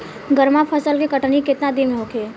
गर्मा फसल के कटनी केतना दिन में होखे?